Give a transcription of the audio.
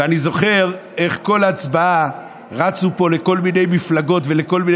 ואני זוכר איך בכל הצבעה רצו פה לכל מיני מפלגות ולכל מיני